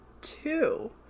two